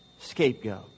scapegoat